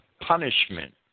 punishment